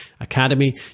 Academy